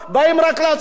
באים רק להצביע,